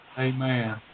Amen